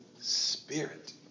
Spirit